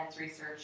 Research